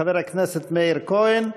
חבר הכנסת מאיר כהן,